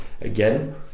again